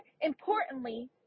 importantly